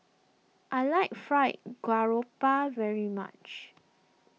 I like Fried Garoupa very much